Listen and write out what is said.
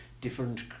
different